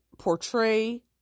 portray